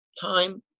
time